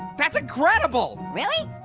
that's ah incredible. really,